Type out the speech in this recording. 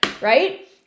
right